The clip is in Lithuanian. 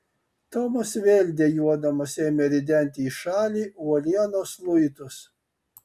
tomas vėl dejuodamas ėmė ridenti į šalį uolienos luitus